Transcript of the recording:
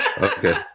okay